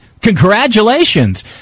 Congratulations